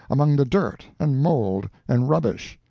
among the dirt and mold and rubbish.